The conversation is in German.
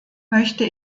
möchte